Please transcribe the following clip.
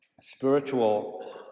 spiritual